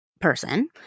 person